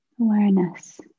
awareness